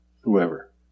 Whoever